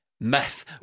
Myth